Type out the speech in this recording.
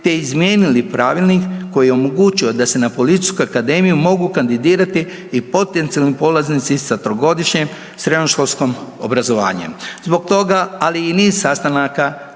te izmijenili pravilnik koji je omogućio da se na Policijsku akademiju mogu kandidirati i potencijalni polaznici sa trogodišnjem srednjoškolskim obrazovanjem. Zbog toga ali i niz sastanaka